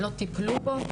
לא טיפלו בו.